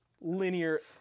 linear